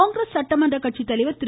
காங்கிரஸ் சட்டமன்ற கட்சித்தலைவா் திரு